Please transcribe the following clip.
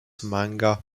manga